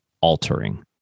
altering